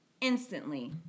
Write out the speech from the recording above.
Instantly